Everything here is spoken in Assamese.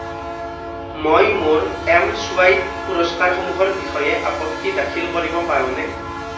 মই মোৰ এম চুৱাইপ পুৰস্কাৰসমূহৰ বিষয়ে আপত্তি দাখিল কৰিব পাৰোঁনে